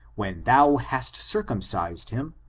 when thou hast circumcised him,